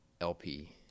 LP